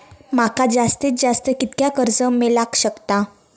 माका जास्तीत जास्त कितक्या कर्ज मेलाक शकता?